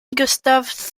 gustaf